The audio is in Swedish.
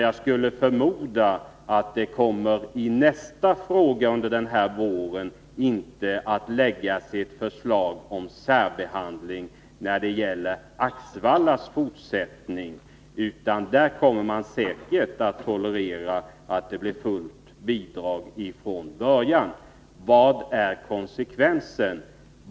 Jag skulle förmoda att det i nästa fråga under den här våren inte kommer att läggas ett förslag om särbehandling när det gäller Axevallas fortsättning, utan där kommer man säkert att tolerera att det blir fullt bidrag ifrån början. Var finns konsekvensen?